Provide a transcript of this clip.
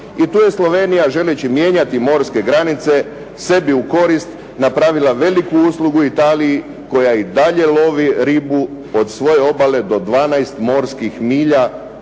i tu je Slovenija želeći mijenjati morske granice sebi u korist napravila veliku uslugu Italiji koja i dalje vodi ribu od svoje obale do 12 morskih milja